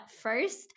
first